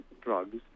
drugs